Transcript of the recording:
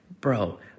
bro